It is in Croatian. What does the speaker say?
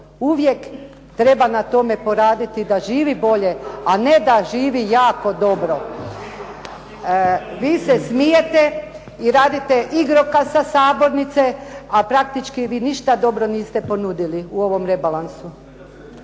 Uvijek treba na tome poraditi da živi bolje a ne da živi jako dobro. Vi ste smijete i radite igrokaz sa sabornice a praktički vi ništa dobro niste ponudili u ovom rebalansu.